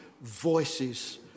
voices